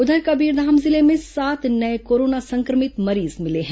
उधर कबीरधाम जिले में सात नये कोरोना संक्रमित मरीज मिले हैं